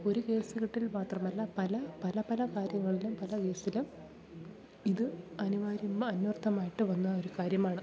ഒരു കേസ്കെട്ടിൽ മാത്രമല്ല പല പല പല കാര്യങ്ങളിലും പല കേസിലും ഇത് അനിവാര്യ അന്വര്ഥമായിട്ട് വന്ന ഒരു കാര്യമാണ്